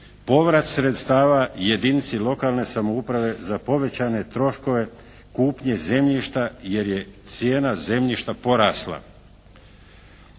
Povrat sredstava jedinici lokalne samouprave za povećane troškove kupnje zemljišta jer je cijena zemljišta porasla.